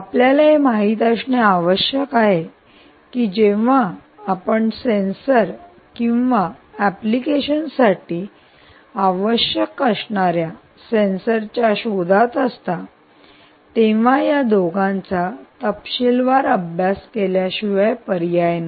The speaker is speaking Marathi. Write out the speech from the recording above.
आपल्याला हे माहित असणे आवश्यक आहे की जेव्हा आपण सेन्सर किंवा एप्लीकेशनसाठी आवश्यक असणार्या सेन्सरच्या शोधात असता तेव्हा या दोघांचा तपशीलवार अभ्यास केल्याशिवाय पर्याय नाही